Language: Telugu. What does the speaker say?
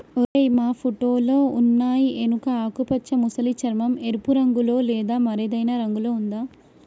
ఓరై మా ఫోటోలో ఉన్నయి ఎనుక ఆకుపచ్చ మసలి చర్మం, ఎరుపు రంగులో లేదా మరేదైనా రంగులో ఉందా